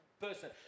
person